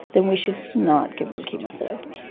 then we should not give them chemotherapy.